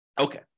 Okay